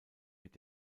mit